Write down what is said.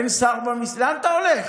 לאן אתה הולך?